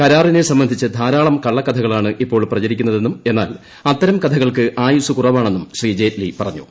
കരാറിനെ സംബന്ധിച്ച് ധാരാളം കള്ളക്കഥകളാണ് ഇപ്പോൾ പ്രചരിക്കുന്നതെന്നും എന്നാൽ അത്തരം കഥകൾക്ക് ആയുസ്സ് കുറവാണെന്നും ശ്രീ ജെയ്റ്റ്ലി പറഞ്ഞു